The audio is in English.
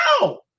No